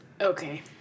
Okay